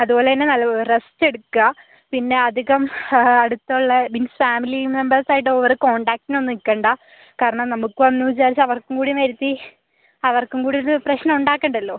അതുപോലന്നെ നല്ലപോ റെസ്റ്റെടുക്കുക പിന്നധികം അടുത്തുള്ള മീൻസ് ഫാമിലി മെമ്പേഴ്സായിട്ട് ഓവർ കോണ്ടാക്ടിനൊന്നും നിൽക്കണ്ട കാരണം നമുക്ക് വന്നൂ വിചാരിച്ച് അവർക്ക് കൂടി വരുത്തി അവർക്കുംകൂടൊരു പ്രശ്നം ഉണ്ടാക്കണ്ടല്ലോ